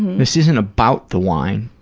this isn't about the wine.